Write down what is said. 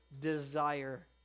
desire